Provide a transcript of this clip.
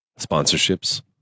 Sponsorships